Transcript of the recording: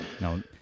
no